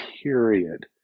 Period